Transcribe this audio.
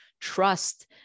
Trust